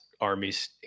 armies